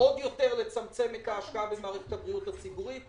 עוד יותר לצמצם את ההשקעה במערכת הבריאות הציבורית.